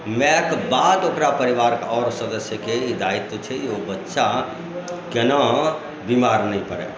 मायके बाद ओकरा परिवारके आओर सदस्यके ई दायित्व छै कि ओ बच्चा केना बीमार नहि पड़ए